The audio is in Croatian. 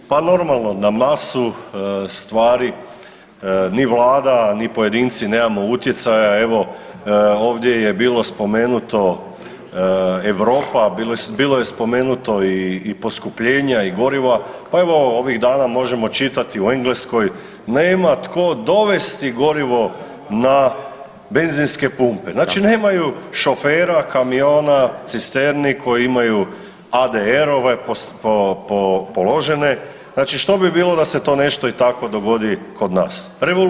Pa normalno na masu stvari ni Vlada, ni pojedinci nemamo utjecaja, evo ovdje je bilo spomenuto Europa bilo je spomenuto i poskupljenja i goriva, pa evo ovih dana možemo čitati u Engleskoj, nema tko dovesti gorivo na benzinske pumpe, znači nemaju šofera, kamiona, cisterni koji imaju ADE-rove položene, znači što bi bilo da se to nešto i tako dogodi kod nas, revolucija.